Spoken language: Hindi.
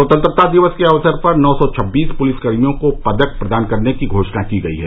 स्वतंत्रता दिवस के अवसर पर नौ सौ छब्बीस पुलिसकर्मियों को पदक प्रदान करने की घोषणा की गई है